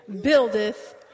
buildeth